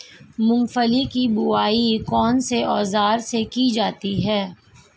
मूंगफली की बुआई कौनसे औज़ार से की जाती है?